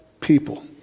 people